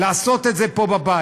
לעשות את זה פה בבית.